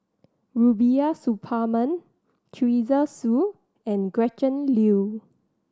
Rubiah Suparman Teresa Hsu and Gretchen Liu